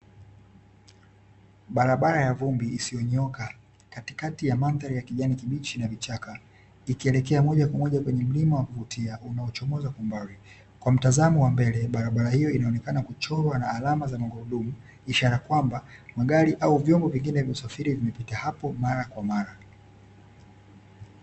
Barabara ya vumbi isiyonyooka katikati ya mandhari ya kijani kibichi na vichaka. Ikielekea moja kwa moja kwenye Mlima wa kuvutia unaochomoza kwa mbari. Kwa mtazamo wa mbele, barabara hiyo inaonekana kuchorwa na alama za magurudumu, ishara kwamba magari au vyombo vingine vya usafiri vimepita hapo mara kwa mara.